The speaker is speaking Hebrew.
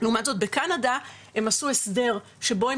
לעומת זאת בקנדה הם עשו הסדר שבו הם